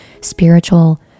spiritual